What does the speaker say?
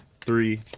three